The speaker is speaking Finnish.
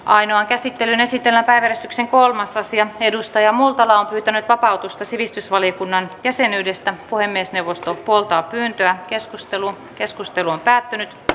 ainoa käsittelyyn esitellään äänestyksen kolmas aasian edustaja multala on pyytänyt vapautusta sivistysvaliokunnan jäsenyydestä puhemiesneuvosto puoltaa pyyntöä edustajat kuuntelivat muistosanoja seisten